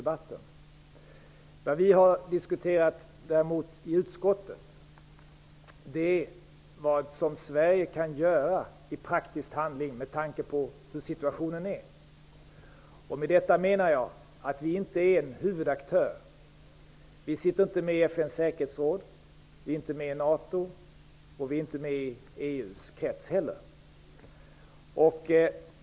Vad vi däremot har diskuterat i utskottet är vad Sverige kan göra i praktisk handling med tanke på hur situationen är. Med detta menar jag att vi inte är en huvudaktör: Vi sitter inte med i FN:s säkerhetsråd, vi är inte med i NATO, och vi är inte heller med i EU:s krets.